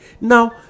Now